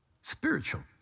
spiritual